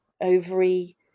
ovary